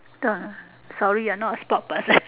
sorry ah not a sport person